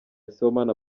sibomana